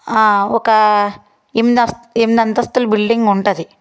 ఒక ఎమిదస్త ఎనిమిది అంతస్థుల బిల్డింగ్ ఉంటుంది